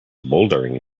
bouldering